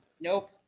Nope